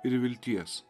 ir vilties